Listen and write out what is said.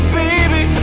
baby